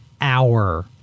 hour